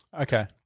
Okay